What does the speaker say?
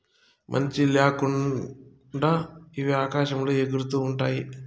మంచి ల్యాకుండా ఇవి ఆకాశంలో ఎగురుతూ ఉంటాయి